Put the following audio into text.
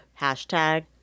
hashtag